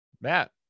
matt